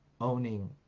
owning